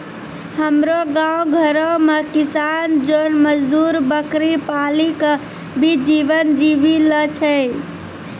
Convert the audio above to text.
हमरो गांव घरो मॅ किसान जोन मजदुर बकरी पाली कॅ भी जीवन जीवी लॅ छय